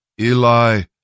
Eli